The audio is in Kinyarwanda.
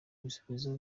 ibisubizo